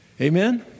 Amen